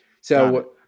So-